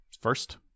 first